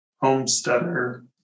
homesteader